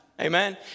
Amen